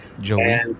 Joey